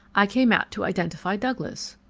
i came out to identify douglas.